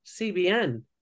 CBN